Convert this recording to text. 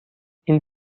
این